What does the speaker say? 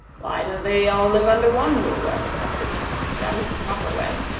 why don't they all live under one ruler? asked the king. that is the proper way.